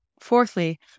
fourthly